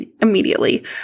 immediately